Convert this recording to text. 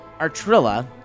Artrilla